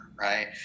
right